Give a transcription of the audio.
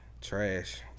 trash